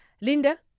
Linda